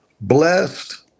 Blessed